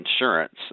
insurance